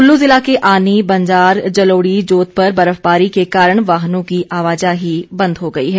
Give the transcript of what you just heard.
कुल्लू जिला के आनी बंजार जलोड़ी जोत पर बर्फबारी के कारण वाहनों की आवाजाही बंद हो गई है